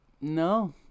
no